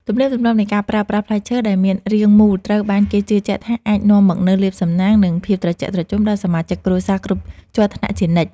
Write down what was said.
ទំនៀមទម្លាប់នៃការប្រើប្រាស់ផ្លែឈើដែលមានរាងមូលត្រូវបានគេជឿជាក់ថាអាចនាំមកនូវលាភសំណាង និង ភាពត្រជាក់ត្រជុំដល់សមាជិកគ្រួសារគ្រប់ជាន់ថ្នាក់ជានិច្ច។